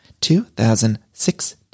2016